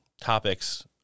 topics